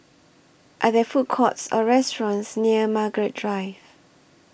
Are There Food Courts Or restaurants near Margaret Drive